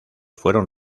fueron